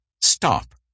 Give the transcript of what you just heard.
Stop